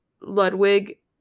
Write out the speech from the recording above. Ludwig